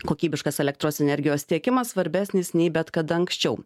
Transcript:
kokybiškas elektros energijos tiekimas svarbesnis nei bet kada anksčiau